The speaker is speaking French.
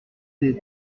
des